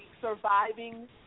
surviving